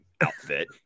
outfit